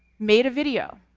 made a video,